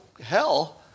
hell